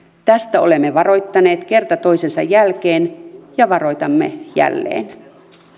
tästä olemme varoittaneet kerta toisensa jälkeen ja varoitamme jälleen